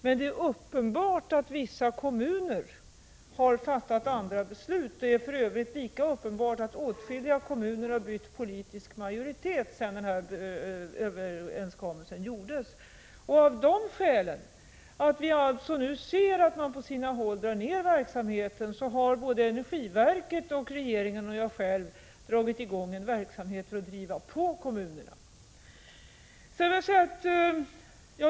Men det är uppenbart att vissa kommuner har fattat andra beslut, och det är för övrigt lika uppenbart att åtskilliga kommuner har bytt politisk majoritet sedan överenskommelsen träffades. Av dessa skäl, dvs. att vi nu ser att man på sina håll drar ner verksamheten, har energiverket, regeringen och jag själv dragit i gång en verksamhet för att driva på kommunerna.